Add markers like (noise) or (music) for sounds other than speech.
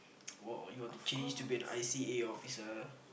(noise) what or you wanna change to be a I_C_A officer